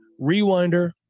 REWINDER